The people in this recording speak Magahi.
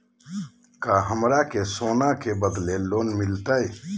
का हमरा के सोना के बदले लोन मिलि?